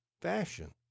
fashion